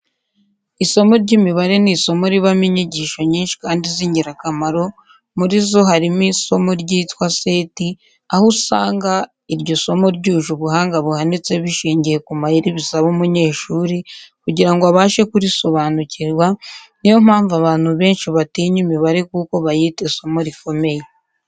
Isomo ry'imibare ni isomo ribamo inyigisho nyinshi kandi z'ingirakamaro, muri zo harimo isomo ryitwa seti, aho usanga iryo somo ryuje ubuhanga buhanitse bishingiye ku mayeri bisaba umunyeshuri kugira ngo abashe kurisobanukirwa, ni yo mpamvu abantu benshi batinya imibare kuko bayita isomo rikomeye.